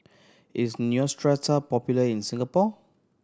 is Neostrata popular in Singapore